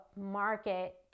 market